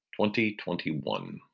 2021